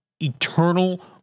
eternal